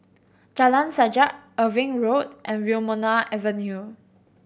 Jalan Sajak Irving Road and Wilmonar Avenue